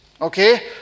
Okay